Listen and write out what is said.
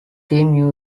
team